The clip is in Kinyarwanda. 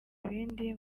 ibindi